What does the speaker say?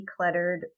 decluttered